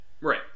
right